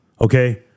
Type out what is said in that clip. Okay